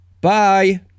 Bye